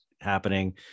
happening